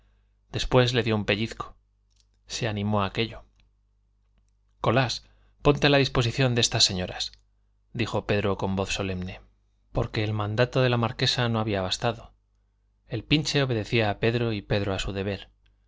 después le dio un pellizco se animó aquello colás ponte a la disposición de esas señoras dijo pedro con voz solemne porque el mandato de la marquesa no había bastado el pinche obedecía a pedro y pedro a su deber